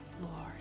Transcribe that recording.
Lord